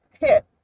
hit